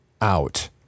out